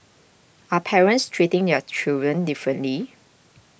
are parents treating their children differently